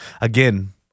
again